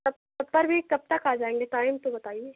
तब तब पर भी कब तक आ जाएँगे टाइम तो बताइए